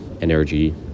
energy